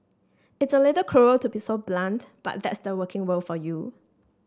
it's a little cruel to be so blunt but that's the working world for you